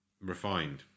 refined